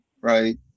Right